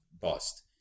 Bust